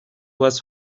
was